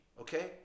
okay